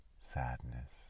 sadness